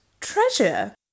treasure